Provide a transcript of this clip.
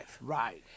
Right